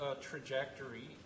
trajectory